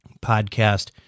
podcast